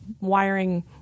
wiring